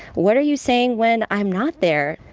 what are you saying when i'm not there?